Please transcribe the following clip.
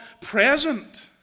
present